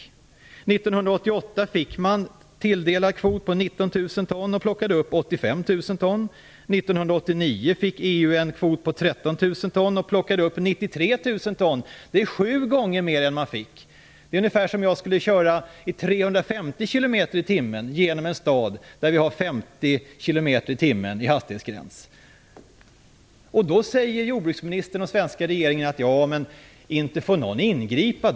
1988 tilldelades man en kvot på 19 000 ton och plockade upp 85 000 ton. 1989 fick EU en kvot på 13 000 ton och plockade upp 93 000 ton. Det är sju gånger mer än man fick. Det är ungefär som om jag skulle köra i 350 kilometer i timmen genom en stad där det är 50 kilometer i timmen som hastighetsgräns. Jordbruksministern och svenska regeringen säger att ingen får ingripa.